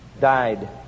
died